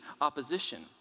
opposition